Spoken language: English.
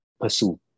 pursue